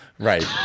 Right